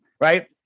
right